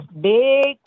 big